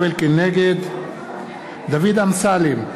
נגד דוד אמסלם,